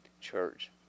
Church